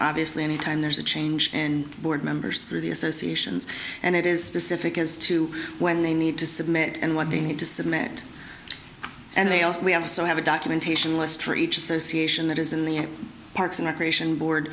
obviously anytime there's a change and board members through the associations and it is this if it has to when they need to submit and when they need to submit and they also we have so have a documentation list for each association that is in the parks and recreation board